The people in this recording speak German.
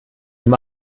ihm